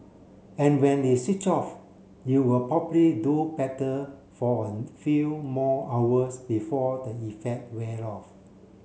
and when is switch off you will probably do better for a few more hours before the effect wear off